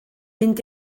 mynd